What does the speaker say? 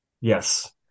Yes